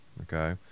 Okay